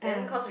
yeah